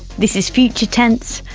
this is future tense,